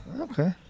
Okay